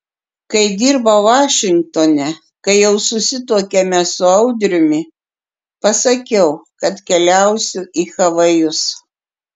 kai dirbau vašingtone kai jau susituokėme su audriumi pasakiau kad keliausiu į havajus